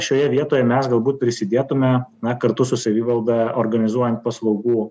šioje vietoje mes galbūt prisidėtume na kartu su savivalda organizuojant paslaugų